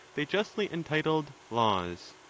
they justly entitled laws.